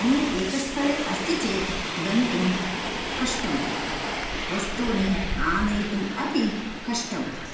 अन्य एकस्थळे अस्ति चेत् गन्तुं कष्टं वस्तूनि आनयितुं अपि कष्टम्